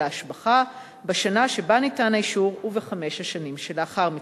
ההשבחה בשנה שבה ניתן האישור ובחמש השנים שלאחר מכן.